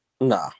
Nah